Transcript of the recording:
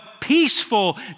peaceful